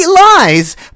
Lies